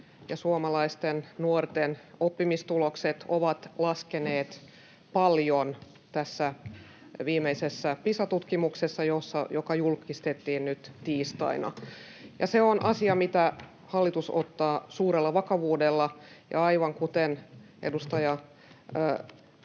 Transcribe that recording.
suomalaisten nuorten oppimistulokset ovat laskeneet paljon tässä viimeisessä Pisa-tutkimuksessa, joka julkistettiin nyt tiistaina, ja se on asia, minkä hallitus ottaa suurella vakavuudella. Ja aivan kuten edustaja tässä